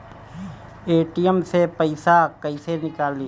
ATM से पइसा कइसे निकली?